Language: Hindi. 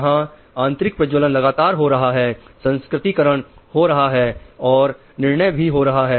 यहां आंतरिक प्रज्वलन लगातार हो रहा है संस्कृतिकरण हो रहा है और निर्णय भी हो रहा है